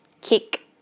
kick